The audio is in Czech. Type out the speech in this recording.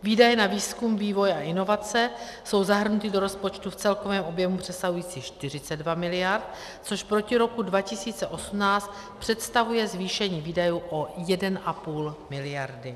Výdaje na výzkum, vývoj a inovace jsou zahrnuty do rozpočtu v celkovém objemu přesahujícím 42 mld., což proti roku 2018 představuje zvýšení výdajů o 1,5 mld.